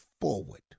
forward